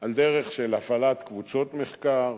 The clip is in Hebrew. על דרך של הפעלת קבוצות מחקר,